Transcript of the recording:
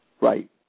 Right